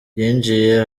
yinjije